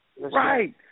Right